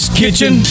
kitchen